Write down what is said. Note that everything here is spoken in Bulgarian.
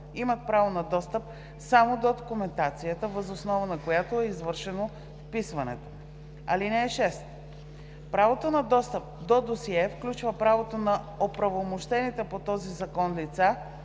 имат право на достъп само до документацията, въз основа на която е извършено вписването. (6) Правото на достъп до досие включва правото на оправомощените по този закон лица